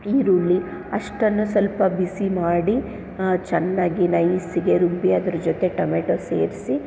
ಈರುಳ್ಳಿ ಅಷ್ಟನ್ನು ಸ್ವಲ್ಪ ಬಿಸಿ ಮಾಡಿ ಚೆನ್ನಾಗಿ ನೈಸಿಗೆ ರುಬ್ಬಿ ಅದರ ಜೊತೆಗೆ ಟೊಮೆಟೋ ಸೇರಿಸಿ